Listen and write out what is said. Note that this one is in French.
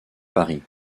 paris